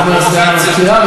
כך אומר סגן המזכירה,